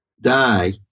die